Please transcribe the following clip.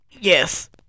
Yes